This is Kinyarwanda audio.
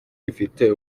ifite